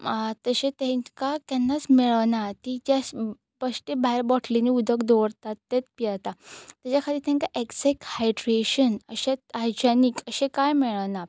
तशें तेंकां केन्नाच मेळना तीं जस्ट बश्टें भायर बोटलींनी उदक दवरतात तेंच पियेता तेज्या खातीर तेंकां ऍक्जॅक्ट हायड्रेशन अशें हायजॅनीक अशें कांय मेळना